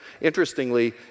Interestingly